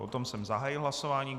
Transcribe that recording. O tom jsem zahájil hlasování.